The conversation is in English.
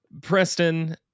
preston